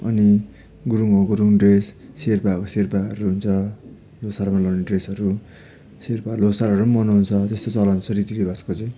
अनि गुरुङहरूको गुरुङ ड्रेस शेर्पाको शेर्पाहरू हुन्छ ल्होसारमा लगाउने ड्रेसहरू शेर्पा ल्होसारहरू नि मनाउँछ त्यस्तो चलन छ रीति रिवाजको चाहिँ